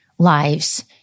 lives